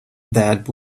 that